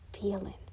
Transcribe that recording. feeling